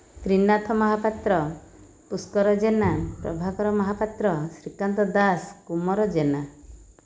Trinath Mohapatra Pushkar Jena Prabhakar Mohapatra Srikanth Das Kumar Jena